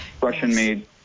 Russian-made